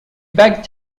begged